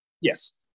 Yes